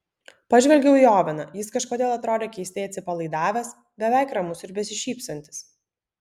pažvelgiau į oveną jis kažkodėl atrodė keistai atsipalaidavęs beveik ramus ir besišypsantis